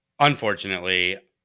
Unfortunately